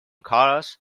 colours